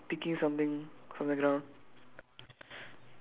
they are like picking something from the ground